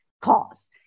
cause